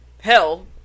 Hell